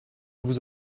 vous